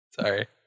Sorry